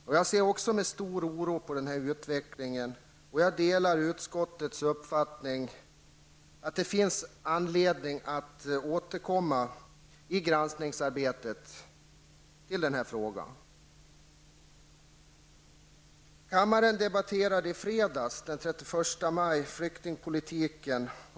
Också jag ser med en stor oro på denna utveckling och jag delar utskottets uppfattning att det finns anledning att i granskningsarbetet återkomma till denna fråga. Fredagen den 31 maj debatterades här i kammaren flyktingpolitiken.